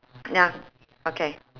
ya okay